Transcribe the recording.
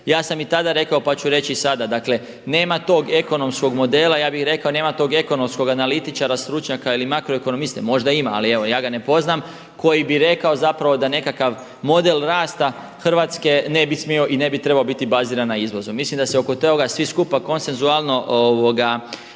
Ja i tada rekao pa ću reći i sada, dakle nema tog ekonomskog modela, ja bih rekao nema tog ekonomskog analitičara, stručnjaka ili makroekonomiste, možda ima, ali evo ja ga ne poznajem koji bi rekao zapravo da nekakav model rasta Hrvatske ne bi smio i ne bi trebao biti baziran na izvozu. Mislim da se oko toga svi skupa konsensualno